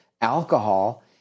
alcohol